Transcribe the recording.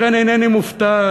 לכן אינני מופתע.